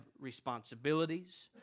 responsibilities